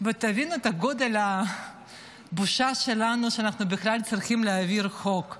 ותבינו את גודל הבושה שלנו שאנחנו בכלל צריכים להעביר חוק כזה.